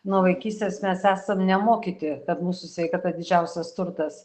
nuo vaikystės mes esam nemokyti kad mūsų sveikata didžiausias turtas